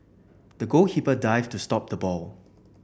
the goalkeeper dived to stop the ball